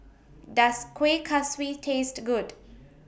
Does Kuih Kaswi Taste Good